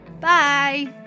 Bye